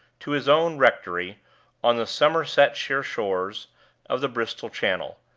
to his own rectory on the somersetshire shores of the bristol channel,